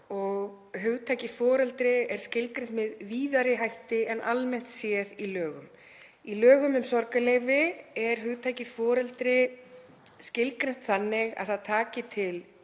og hugtakið foreldri er skilgreint með víðari hætti en almennt séð í lögum. Í lögum um sorgarleyfi er hugtakið foreldri skilgreint þannig að það taki til